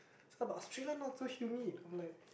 oh but Australia not so humid I'm like